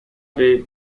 bay